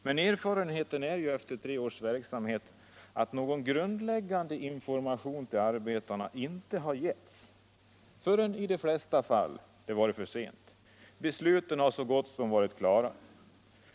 Men erfarenheten efter tre års verksamhet är att någon grundläggande information till arbetarna inte har getts förrän det, i de flesta fall, varit för sent. Besluten har redan varit så gott som klara.